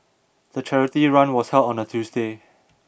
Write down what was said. the charity run was held on a Tuesday